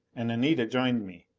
and anita joined me.